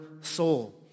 soul